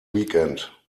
weekend